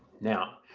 now